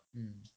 mm